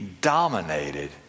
dominated